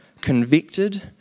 convicted